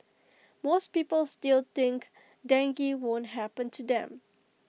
most people still think dengue won't happen to them